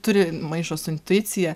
turi maišo su intuicija